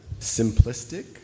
simplistic